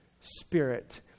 spirit